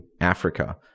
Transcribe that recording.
Africa